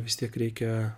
vis tiek reikia